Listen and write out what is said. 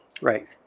Right